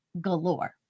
galore